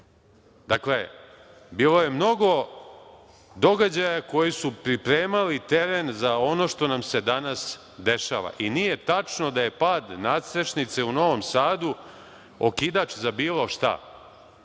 Dakle, bilo je mnogo događaja koji su pripremali teren za ono što nam se danas dešava i nije tačno da je pad nadstrešnice u Novom Sadu okidač za bilo